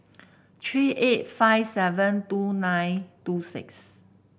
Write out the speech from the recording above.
three eight five seven two nine two six